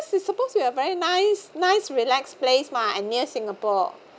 suppose to be a very nice nice relax place mah and near singapore